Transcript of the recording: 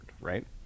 right